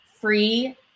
free